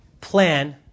plan